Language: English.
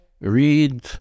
read